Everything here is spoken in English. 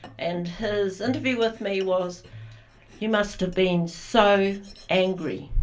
and his interview with me was you must have been so angry,